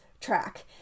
track